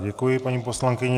Děkuji paní poslankyni.